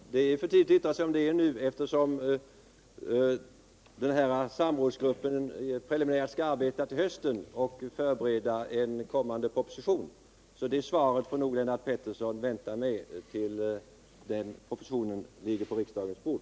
Herr talman! Det är för tidigt att yttra sig om det nu, eftersom samrådsgruppen preliminärt skall arbeta till hösten och förbereda en kommande proposition. Svaret på frågan får nog Lennart Pettersson vänta med tills propositionen ligger på riksdagens bord.